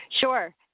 Sure